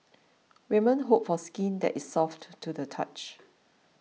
women hope for skin that is soft to the touch